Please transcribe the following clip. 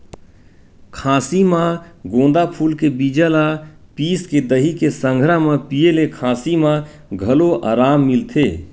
खाँसी म गोंदा फूल के बीजा ल पिसके दही के संघरा म पिए ले खाँसी म घलो अराम मिलथे